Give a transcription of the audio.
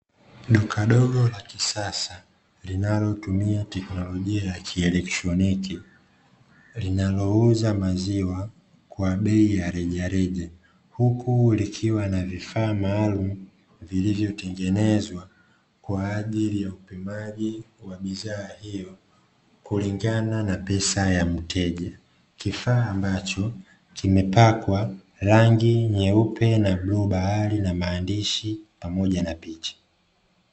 Duka dogo la kisasa, linalotumia teknolojia ya kielotroniki, linalouza maziwa kwa bei ya rejareja. Huku likiwa na vifaa maalumu vilivyotengenezwa kwa ajili ya upimaji wa bidhaa hiyo, kulingana na pesa ya mteja. Kifaa ambacho kimepakwa rangi nyeupe na bluu bahari na maandishi pamoja na picha.